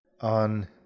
On